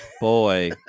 Boy